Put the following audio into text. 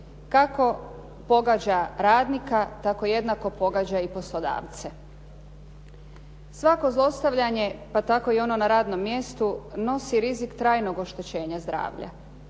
kako pogađa radnika, tako jednako pogađa i poslodavce. Svako zlostavljanje, pa tako i ono na radnom mjestu nosi rizik trajnog oštećenja zdravlja.